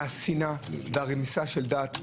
השנאה והרמיסה של דת,